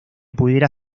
pudiera